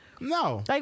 No